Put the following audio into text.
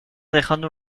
dejando